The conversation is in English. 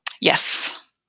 Yes